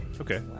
Okay